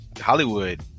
Hollywood